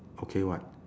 okay what